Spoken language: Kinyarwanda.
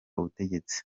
ubutegetsi